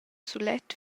sulet